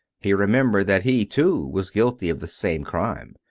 he remembered that he, too, was guilty of the same crime.